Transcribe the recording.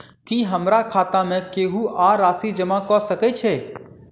की हमरा खाता मे केहू आ राशि जमा कऽ सकय छई?